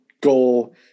goal